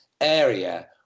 area